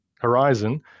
horizon